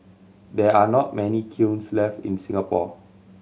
there are not many kilns left in Singapore